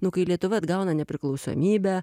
nu kai lietuva atgauna nepriklausomybę